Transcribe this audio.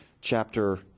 chapter